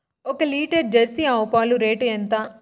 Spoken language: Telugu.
ఒక లీటర్ జెర్సీ ఆవు పాలు రేటు ఎంత?